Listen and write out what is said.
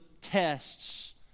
tests